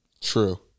True